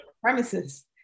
premises